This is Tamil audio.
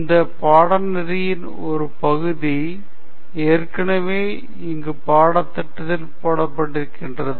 இந்த பாடநெறியின் ஒரு பகுதி ஏற்கனவே இங்கு பாடத்திட்டத்தில் போடப்பட்டிருக்கிறது